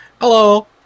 Hello